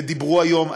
ודיברו היום,